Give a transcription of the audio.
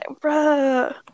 Bruh